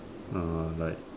uh like